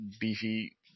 beefy